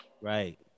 Right